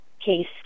case